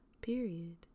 period